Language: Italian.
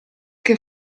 che